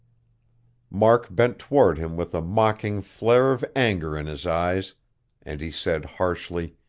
mark bent toward him with a mocking flare of anger in his eyes and he said harshly